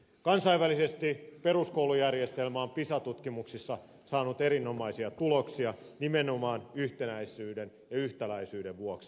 kansainvälisesti peruskoulujärjestelmä on pisa tutkimuksissa saanut erinomaisia tuloksia nimenomaan yhtenäisyyden ja yhtäläisyyden vuoksi